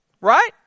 right